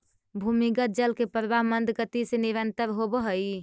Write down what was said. भूमिगत जल के प्रवाह मन्द गति से निरन्तर होवऽ हई